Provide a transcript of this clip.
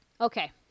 Okay